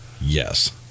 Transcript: yes